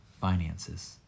finances